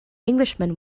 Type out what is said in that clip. englishman